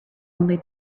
only